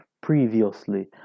previously